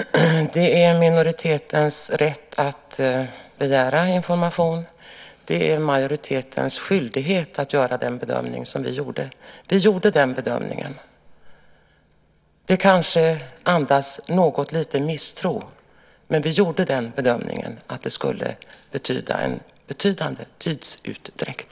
Herr talman! Det är minoritetens rätt att begära information. Det är majoritetens skyldighet att göra den bedömning som vi gjorde. Vi gjorde den bedömningen. Det kanske andas något lite misstro, men vi gjorde den bedömningen att det skulle betyda en betydande tidsutdräkt.